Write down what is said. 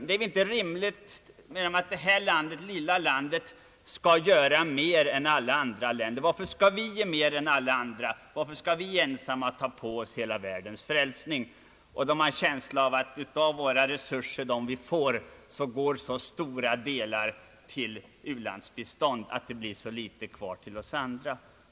Det är inte rimligt att detta lilla land skall göra mer än alla andra länder. Varför skall vi ensamma ta på oss hela världens frälsning? Dessa människor har en känsla av att så stora delar av ökningen av våra resurser går till ulandsbistånd att det blir så litet kvar till oss andra.